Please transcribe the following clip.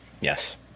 Yes